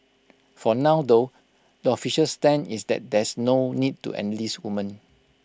for now though the official stand is that there's no need to enlist women